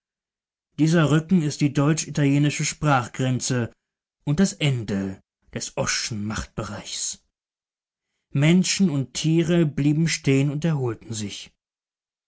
dieser rücken ist die deutsch italienische sprachgrenze und das ende des oß'schen machtbereichs menschen und tiere blieben stehen und erholten sich